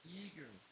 eager